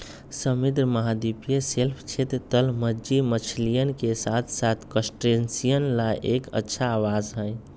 समृद्ध महाद्वीपीय शेल्फ क्षेत्र, तलमज्जी मछलियन के साथसाथ क्रस्टेशियंस ला एक अच्छा आवास हई